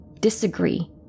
disagree